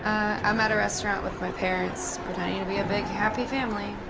i'm at a restaurant with my parents, pretending to be a big happy family.